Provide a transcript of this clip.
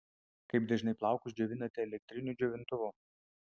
kaip dažnai plaukus džiovinate elektriniu džiovintuvu